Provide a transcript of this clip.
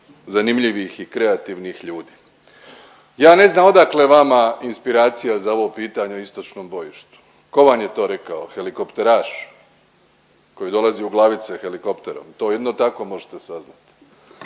zanimljivih i kreativnih ljudi. Ja ne znam odakle vama inspiracija za ovo pitanje o istočnom bojištu. Tko vam je to rekao? Helikopteraš koji dolazi u Glavice helikopterom, to jedino tako možete saznat,